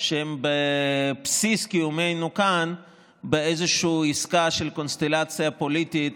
שהן בבסיס קיומנו כאן באיזושהי עסקה של קונסטלציה פוליטית,